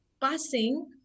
passing